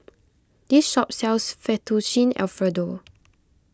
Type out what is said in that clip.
this shop sells Fettuccine Alfredo